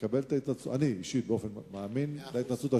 אני אישית מאמין להתנצלות,